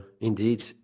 indeed